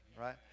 right